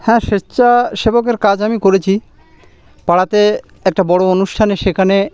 হ্যাঁ স্বেচ্ছাসেবকের কাজ আমি করেছি পাড়াতে একটা বড় অনুষ্ঠানে সেখানে